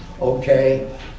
okay